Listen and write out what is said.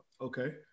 okay